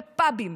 בפאבים,